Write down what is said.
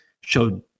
showed